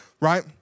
right